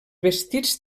vestits